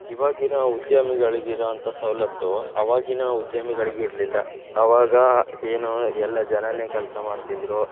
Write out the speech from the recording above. ಇವಾಗಿನ ಉದ್ಯಮಿಗಳಿಗಿರೋಂಥ ಸವಲತ್ತು ಅವಾಗಿನ ಉದ್ಯಮಿಗಳಿಗಿರಲಿಲ್ಲ ಅವಾಗ ಏನು ಎಲ್ಲ ಜನರೇ ಕೆಲಸ ಮಾಡ್ತಿದ್ದರು